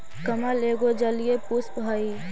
कमल एगो जलीय पुष्प हइ